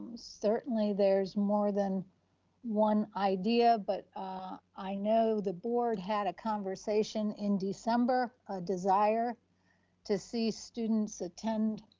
certainly there is more than one idea but i know the board had a conversation in december, a desire to see students attend